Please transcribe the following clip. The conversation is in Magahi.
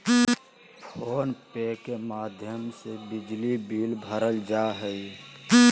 फोन पे के माध्यम से बिजली बिल भरल जा हय